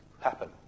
happen